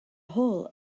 hole